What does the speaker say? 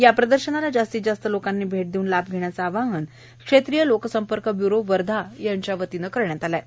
या प्रदर्शनाला जास्तीस जास्त लोकांनी भेट देऊन लाभ घेण्याचे आहवान क्षेत्रीय लोक सम्पर्क ब्यूरो वर्धा यांच्या वतीने करण्यात आले आहे